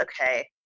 okay